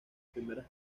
primeras